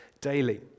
daily